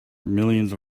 millions